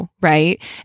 Right